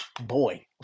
boy